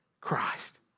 Christ